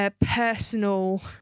personal